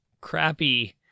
crappy